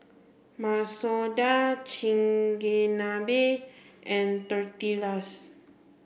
Masoor Dal Chigenabe and Tortillas